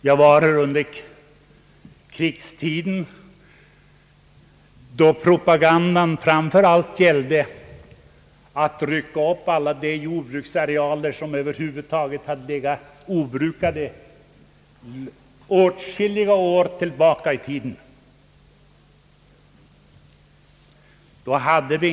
Jag var med under krigstiden, då propagandan framför allt gick ut på att sätta i stånd de jordbruksarealer som sedan åtskilliga år tillbaka i tiden hade legat obrukade.